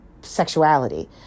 sexuality